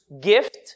gift